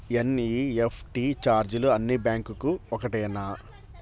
NEFT ఛార్జీలు అన్నీ బ్యాంక్లకూ ఒకటేనా?